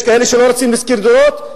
יש כאלה שלא רוצים להשכיר דירות,